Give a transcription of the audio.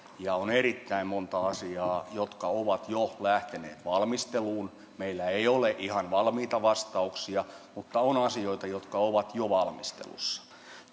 ja on erittäin monta asiaa jotka ovat jo lähteneet valmisteluun meillä ei ole ihan valmiita vastauksia mutta on asioita jotka ovat jo valmistelussa